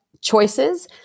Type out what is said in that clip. choices